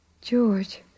George